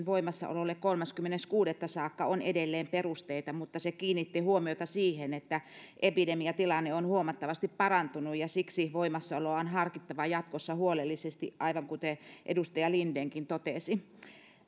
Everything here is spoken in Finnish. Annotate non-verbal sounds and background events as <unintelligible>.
<unintelligible> voimassaololle kolmaskymmenes kuudetta saakka on edelleen perusteita mutta se kiinnitti huomiota siihen että epidemiatilanne on huomattavasti parantunut ja siksi voimassaoloa on harkittava jatkossa huolellisesti aivan kuten edustaja lindenkin totesi